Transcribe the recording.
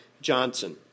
Johnson